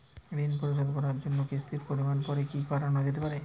ঋন পরিশোধ করার জন্য কিসতির পরিমান পরে কি বারানো যেতে পারে?